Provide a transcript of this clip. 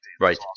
Right